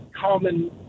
common